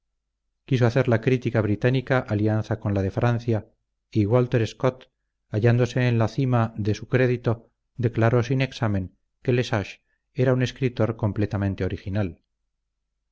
quiso hacer la crítica británica alianza con la de francia y walter scott hallándose en la cima d e su crédito declaró sin examen que le sage era un escritor completamente original